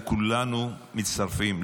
וכולנו מצטרפים,